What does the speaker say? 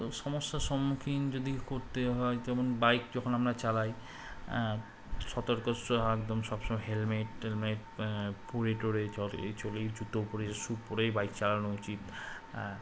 তো সমস্যার সম্মুখীন যদি করতে হয় যেমন বাইক যখন আমরা চালাই হ্যাঁ সতর্ক একদম সবসময় হেলমেট টেলমেট পরে টরে চলে চলে জুতো উপ শু পরেই বাইক চালানো উচিত